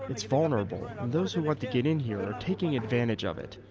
it's vulnerable, and those who want to get in here are taking advantage of it.